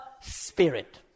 Spirit